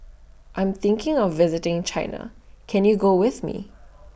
I'm thinking of visiting China Can YOU Go with Me